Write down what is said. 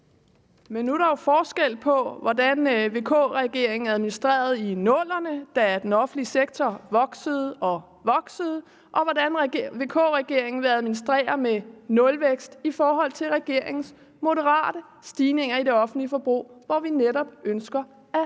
Nu er der jo forskel på, hvordan VK-regeringen administrerede i 00'erne, da den offentlige sektor voksede og voksede, og hvordan VK-regeringen vil administrere med nulvækst i forhold til regeringens moderate stigninger i det offentlige forbrug, hvor vi netop ønsker at udvikle